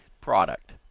product